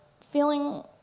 feeling